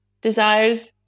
desires